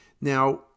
Now